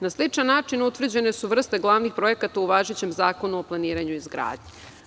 Na sličan način utvrđene su vrste glavnih projekata u važećem Zakonu o planiranju i izgradnji.